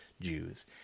Jews